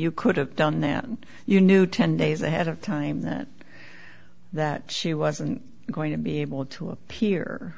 you could have done that and you knew ten days ahead of time that that she wasn't going to be able to appear